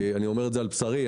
אני חוויתי את זה על בשרי.